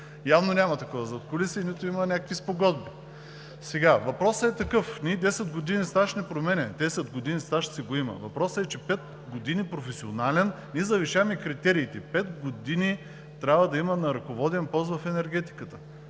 Явно няма такова задкулисие, нито има някакви спогодби. Сега въпросът е такъв – 10 години стаж не променяме, 10 години стаж си го има, въпросът е, че пет години е професионален. Ние завишаваме критериите – пет години трябва да има на ръководен пост в енергетиката.